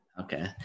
Okay